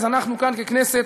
אז אנחנו כאן ככנסת